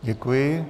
Děkuji.